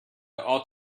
ought